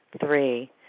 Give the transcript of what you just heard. Three